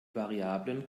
variablen